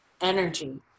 energy